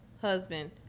husband